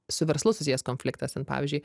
su verslu susijęs konfliktas ten pavyzdžiui